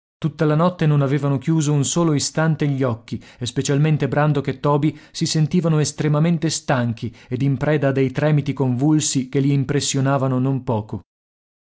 tutta la notte non avevano chiuso un solo istante gli occhi e specialmente brandok e toby si sentivano estremamente stanchi ed in preda a dei tremiti convulsi che li impressionavano non poco